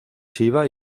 chiva